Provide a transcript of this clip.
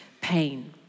pain